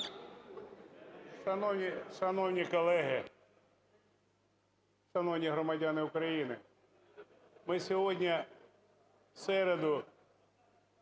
Шановні колеги! Шановні громадяни України! Ми сьогодні, в середу,